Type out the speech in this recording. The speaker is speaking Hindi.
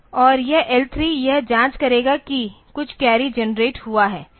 और यह L3 यह जाँच करेगा कि कुछ कैरी जनरेट हुआ है